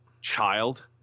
child